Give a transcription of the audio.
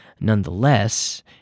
Nonetheless